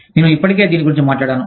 నేను ఇప్పటికే దీని గురించి మాట్లాడాను